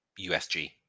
USG